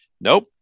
Nope